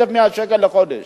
1,100 שקל לחודש.